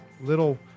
little